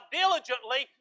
diligently